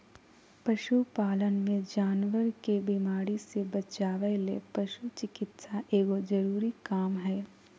पशु पालन मे जानवर के बीमारी से बचावय ले पशु चिकित्सा एगो जरूरी काम हय